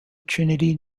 trinity